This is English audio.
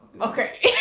okay